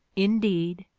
indeed,